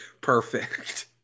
Perfect